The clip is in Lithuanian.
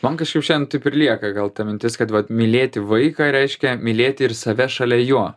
man kažkaip šiandien taip ir lieka gal ta mintis kad vat mylėti vaiką reiškia mylėti ir save šalia jo